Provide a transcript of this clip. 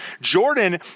Jordan